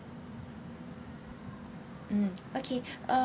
mm okay